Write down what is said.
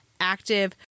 active